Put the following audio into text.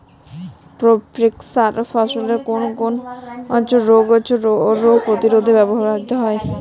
Provex সার ফসলের কোন কোন রোগ প্রতিরোধে ব্যবহৃত হয়?